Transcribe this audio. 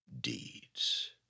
deeds